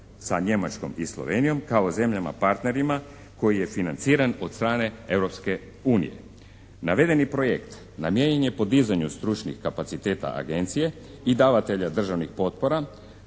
sa Njemačkom i Slovenijom kao zemljama partnerima koji je financiran od strane Europske unije. Navedeni projekt namijenjen je podizanju stručnih kapaciteta Agencije i davatelja državnih potpora